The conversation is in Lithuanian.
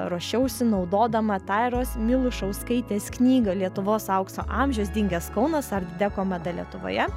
ruošiausi naudodama tairos milušauskaitės knygą lietuvos aukso amžius dingęs kaunas artdeko mada lietuvoje